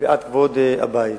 מפאת כבוד הבית.